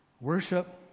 Worship